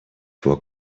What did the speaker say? for